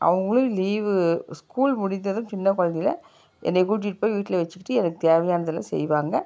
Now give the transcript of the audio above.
அவங்களும் leave school முடிந்ததும் சின்னக் குழந்தைல என்னை கூட்டிகிட்டு போய் வீட்டில் வெச்சுக்கிட்டு எனக்கு தேவையானது எல்லாம் செய்வாங்க